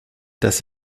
dass